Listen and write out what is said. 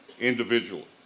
individually